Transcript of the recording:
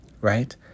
right